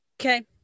okay